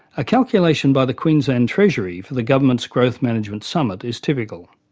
a calculation by the queensland treasury for the government's growth management summit is typical.